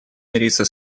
мириться